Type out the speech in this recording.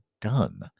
done